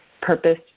purpose